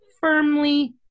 firmly